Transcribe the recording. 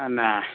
തന്നാ